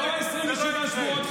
לא 27 שבועות,